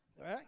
Right